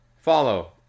Follow